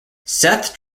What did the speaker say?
seth